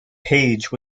paige